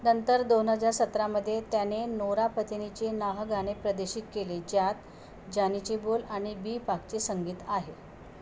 नंतर दोन हजार सतरामध्ये त्याने नोरा फतेहीचे नाह गाणे प्रदर्शित केले ज्यात जानी चे बोल आणि बी प्राक संगीत आहे